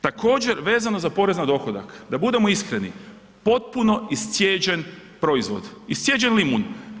Također, vezano za porez na dohodak, da budemo iskreni potpuno iscijeđen proizvod, iscijeđen limun.